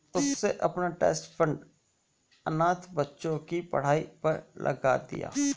उसने अपना trust fund अनाथ बच्चों की पढ़ाई पर लगा दिया